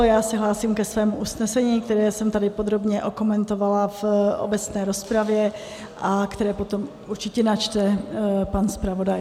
Já se hlásím ke svému usnesení, které jsem tady podrobně okomentovala v obecné rozpravě a které potom určitě načte pan zpravodaj.